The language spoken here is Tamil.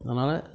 அதனால